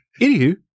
Anywho